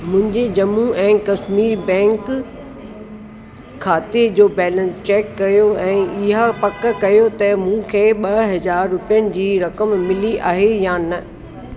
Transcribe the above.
मुंहिंजे Jammu and Kashmir bank खाते जो बैलेंस चेक कयो ऐं इहा पक कयो त मूंखे ॿ हज़ार रुपियनि जी रक़म मिली आहे या न